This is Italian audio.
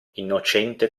innocente